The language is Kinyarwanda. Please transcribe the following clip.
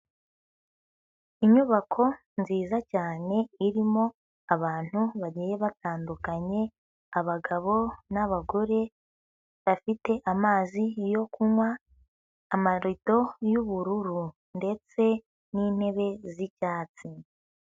Inyubako nziza cyane irimo abantu bagiye batandukanye, abagabo n'abagore bafite amazi yo kunywa, amarido y'ubururu ndetse n'intebe z'icyatsi.